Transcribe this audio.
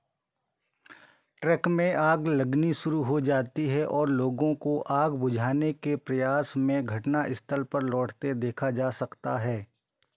truck में आग लगनी शुरू हो जाती है और लोगों को आग बुझाने के प्रयास में घटनास्थल पर लौटते देखा जा सकता है